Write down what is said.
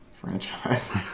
franchise